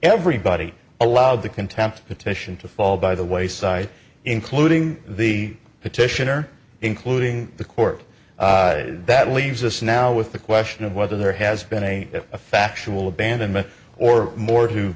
everybody allowed the contempt petition to fall by the wayside including the petitioner including the court that leaves us now with the question of whether there has been a if a factual abandonment or more to